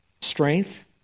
Strength